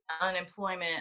unemployment